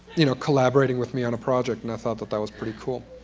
you know, collaborating with me on a project. and i thought that that was pretty cool.